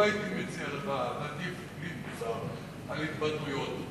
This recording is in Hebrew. לא הייתי מציע לך להטיף לי מוסר על התבטאויות.